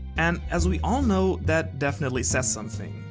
and as we all know, that definitely says something.